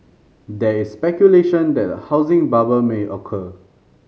there is speculation that a housing bubble may occur